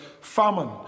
famine